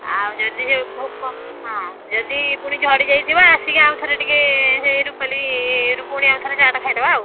ଆଉ ଯଦି ସିଏ ଭୋକ ହଁ ଯଦି ପୁଣି ଝଡ଼ିଯାଇଥିବ ଆସିକି ଆଉଥରେ ଟିକେ ସେ ରୂପାଲୀ ରୁ ପୁଣି ଆଉଥରେ ଚାଟ ଖାଇଦବା ଆଉ